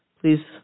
please